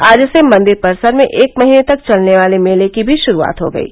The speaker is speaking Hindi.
आज से मंदिर परिसर में एक महीने तक चलने वाले मेले की भी गुरूआज हो गयी